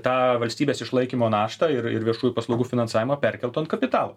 tą valstybės išlaikymo naštą ir ir viešųjų paslaugų finansavimą perkeltų ant kapitalo